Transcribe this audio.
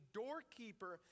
doorkeeper